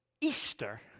Easter